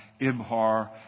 Ibhar